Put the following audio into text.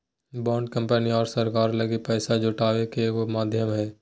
bond company आरो सरकार लगी पैसा जुटावे के एगो माध्यम हइ